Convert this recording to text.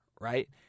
right